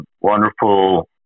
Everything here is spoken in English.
wonderful